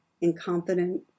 incompetent